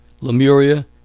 Lemuria